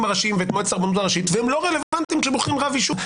הראשיים ואת מועצת הרבנות הראשית והם לא רלוונטיים כשבוחרים רב יישוב.